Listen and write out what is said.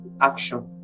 action